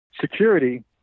security